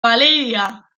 valeria